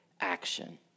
action